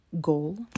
goal